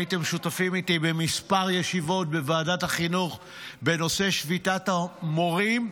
הייתם שותפים איתי בכמה ישיבות בוועדת החינוך בנושא שביתת המורים.